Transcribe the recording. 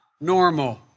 normal